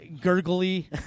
gurgly